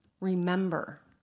Remember